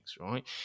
right